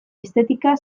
estetika